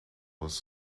was